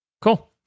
Cool